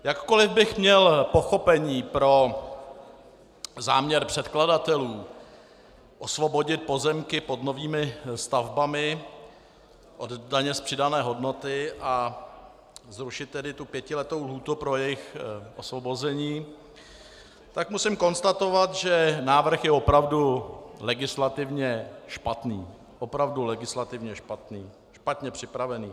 Jakkoliv bych měl pochopení pro záměr předkladatelů osvobodit pozemky pod novými stavbami od daně z přidané hodnoty a zrušit tedy tu pětiletou lhůtu pro jejich osvobození, tak musím konstatovat, že návrh je opravdu legislativně špatný, špatně připravený.